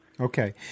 Okay